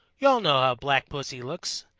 you all know how black pussy looks.